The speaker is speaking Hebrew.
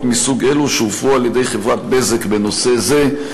מסוג אלו שהופרו על-ידי חברת "בזק" בנושא זה.